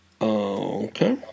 Okay